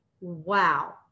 wow